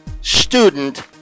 student